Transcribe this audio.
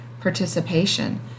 participation